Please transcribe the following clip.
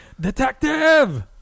detective